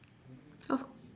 of